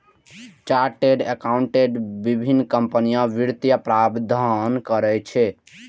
chartered accountant विभिन्न कंपनीक वित्तीय प्रबंधन करै छै